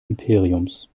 imperiums